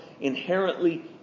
inherently